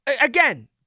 Again